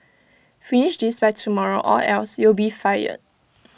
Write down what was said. finish this by tomorrow or else you'll be fired